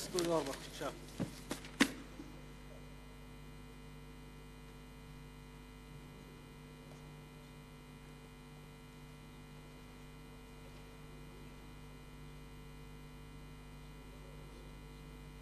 תודה.